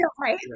right